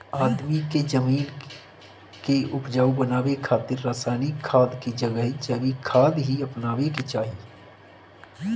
आदमी के जमीन के उपजाऊ बनावे खातिर रासायनिक खाद के जगह जैविक खाद ही अपनावे के चाही